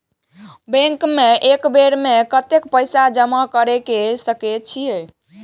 Bank में एक बेर में कतेक पैसा जमा कर सके छीये?